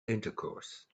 intercourse